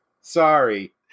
Sorry